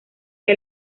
que